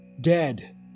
dead